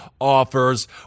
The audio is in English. offers